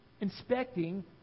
inspecting